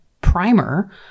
primer